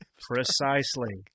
precisely